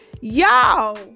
Y'all